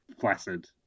flaccid